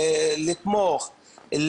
לתמוך,